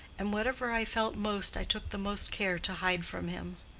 and whatever i felt most i took the most care to hide from him.